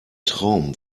traum